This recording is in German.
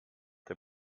der